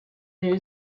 new